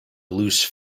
loose